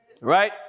Right